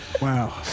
Wow